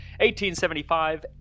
1875